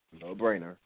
no-brainer